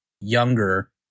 younger